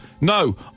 no